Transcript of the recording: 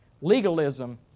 Legalism